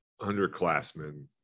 underclassmen